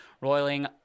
roiling